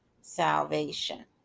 salvation